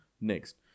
next